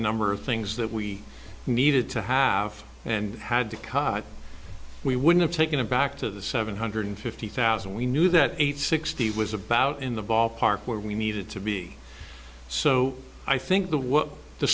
number of things that we needed to have and had to cut we would've taken it back to the seven hundred fifty thousand and we knew that eight sixty was about in the ballpark where we needed to be so i think the what the